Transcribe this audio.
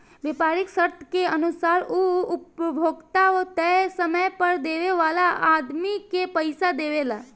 व्यापारीक शर्त के अनुसार उ उपभोक्ता तय समय पर देवे वाला आदमी के पइसा देवेला